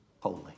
Holy